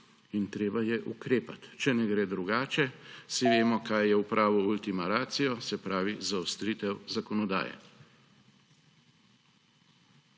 in treba je ukrepati. Če ne gre drugače, vsi vemo, kaj je v pravu ultima ratio, se pravi zaostritev zakonodaje.